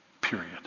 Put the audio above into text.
Period